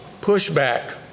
pushback